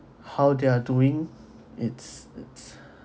how they are doing it's it's